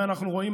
ואנחנו רואים,